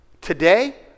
today